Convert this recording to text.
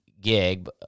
gig